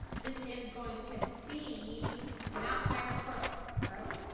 this is going to be not fire crow crow